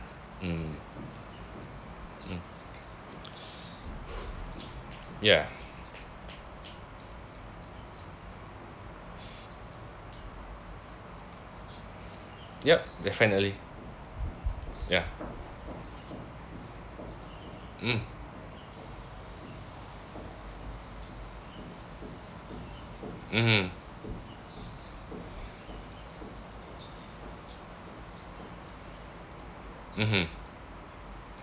mm ya yup definitely ya mm mmhmm mmhmm